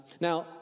Now